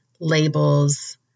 labels